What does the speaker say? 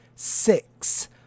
six